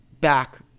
back